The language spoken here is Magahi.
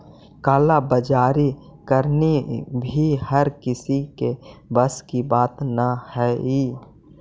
काला बाजारी करनी भी हर किसी के बस की बात न हई